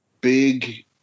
big